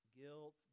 Guilt